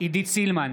עידית סילמן,